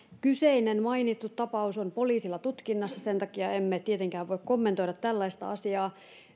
kyseinen mainittu tapaus on poliisilla tutkinnassa sen takia emme tietenkään voi kommentoida tällaista asiaa